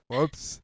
Oops